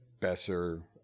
Besser